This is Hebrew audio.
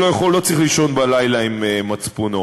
הוא לא צריך לישון בלילה עם מצפונו.